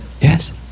Yes